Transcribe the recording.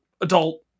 adult